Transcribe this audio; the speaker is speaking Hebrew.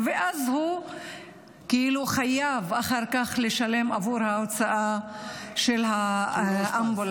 ואז הוא חייב אחר כך לשלם עבור ההוצאה של האמבולנס.